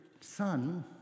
son